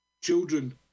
Children